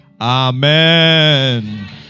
Amen